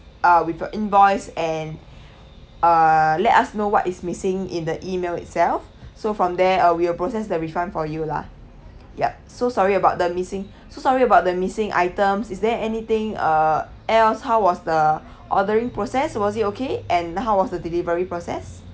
uh with a invoice and uh let us know what is missing in the email itself so from there uh we'll process the refund for you lah yup so sorry about the missing so sorry about the missing items is there anything uh else how was the ordering process was it okay and how was the delivery process